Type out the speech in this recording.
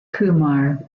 kumar